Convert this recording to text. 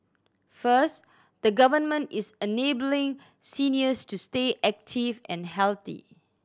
first the Government is enabling seniors to stay active and healthy